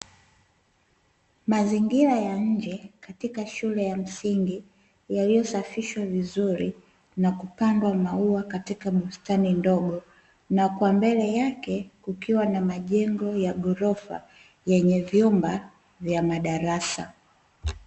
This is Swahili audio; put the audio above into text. Mazingira ya nje katika shule ya msingi yaliyosafishwa vizuri na kupandwa maua katika bustani ndogo, na kwa mbele yake kukiwa na majengo ya ghorofa yenye vyumba vya madarasa.